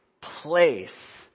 place